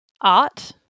art